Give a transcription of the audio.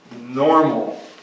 normal